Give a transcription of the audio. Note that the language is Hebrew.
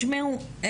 שמעו,